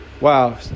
Wow